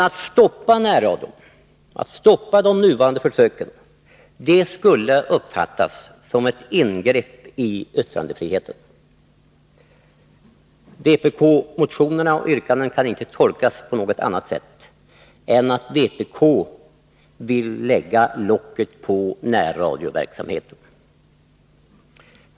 Att stoppa de nuvaraude försöken med närradion skulle uppfattas som ett ingrepp i yttrandefriheten. Vpk-motionerna och vpk-yrkandena kan inte tolkas på något annat sätt än att vpk vill lägga locket på närradioverksamheten.